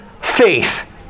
faith